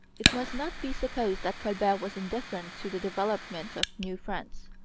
it must not be supposed that colbert was indifferent to the development of new france.